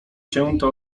cięte